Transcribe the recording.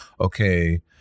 okay